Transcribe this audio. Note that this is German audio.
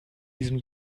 diesem